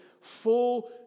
full